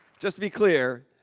just to be clear,